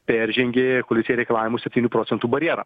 peržengė koalicijai reikalavimų septynių procentų barjerą